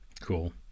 Cool